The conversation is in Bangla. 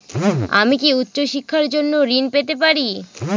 আমি কি উচ্চ শিক্ষার জন্য ঋণ পেতে পারি?